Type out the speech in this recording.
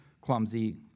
clumsy